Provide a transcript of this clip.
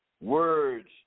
Words